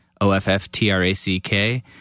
O-F-F-T-R-A-C-K